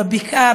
בבקעה,